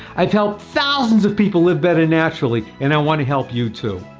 i have helped thousands of people live better naturally, and i want to help you too.